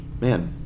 man